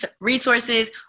resources